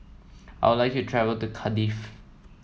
I would like to travel to Cardiff